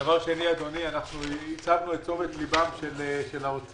דבר שני, הסבנו את תשומת ליבו של האוצר